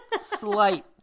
Slight